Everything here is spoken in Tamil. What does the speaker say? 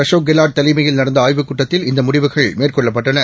அசோக்கெலாட்தலைமையில்நடந்தஆய்வு க்கூட்டத்தில்இந்தமுடிவுகள்மேற்கொள்ளப்பட்டன